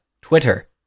Twitter